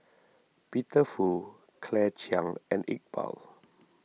Peter Fu Claire Chiang and Iqbal